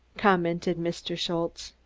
commented mr. schultze.